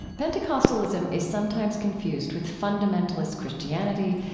pentecostalism is sometimes confused with fundamentalist christianity,